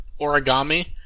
origami